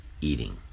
eating